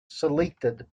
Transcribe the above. selected